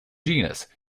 genus